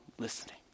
listening